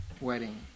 wedding